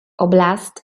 oblast